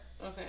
Okay